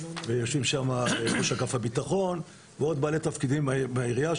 גם ראש אגף הביטחון ועוד בעלי תפקידים בעירייה.